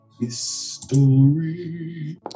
History